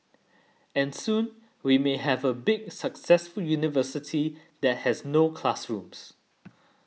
and soon we may have a big successful university that has no classrooms